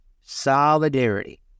Solidarity